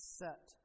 set